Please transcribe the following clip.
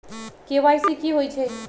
KYC कि होई छई?